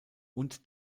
und